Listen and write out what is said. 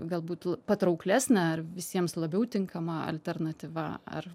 galbūt patrauklesnė ar visiems labiau tinkama alternatyva ar